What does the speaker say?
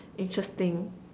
interesting